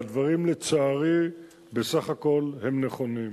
והדברים לצערי בסך הכול הם נכונים.